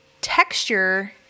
texture